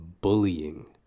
bullying